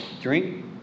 Drink